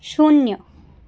शून्य